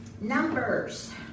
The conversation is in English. numbers